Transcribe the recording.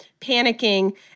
panicking